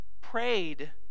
prayed